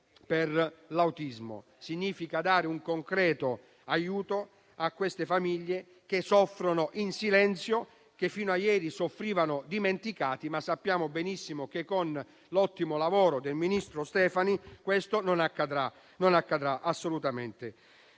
per l'autismo: significa dare un concreto aiuto a famiglie che soffrono in silenzio e che fino a ieri soffrivano dimenticate. Sappiamo però benissimo che con l'ottimo lavoro del ministro Stefani questo non accadrà più. Siamo parimenti